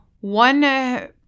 One